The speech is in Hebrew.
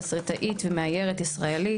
תסריטאית ומאיירת ישראלית,